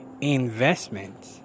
Investment